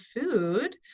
food